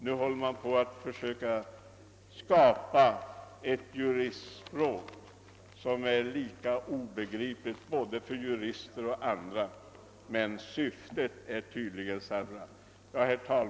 Nu försöker man skapa ett juristspråk som är lika obegripligt för både jurister och andra, men syftet är tydligen detsamma som tidigare.